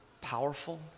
powerful